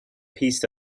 piece